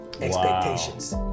expectations